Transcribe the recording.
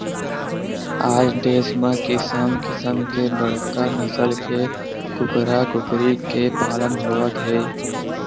आज देस म किसम किसम के बड़का नसल के कूकरा कुकरी के पालन होवत हे